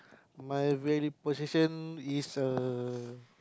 my very position is a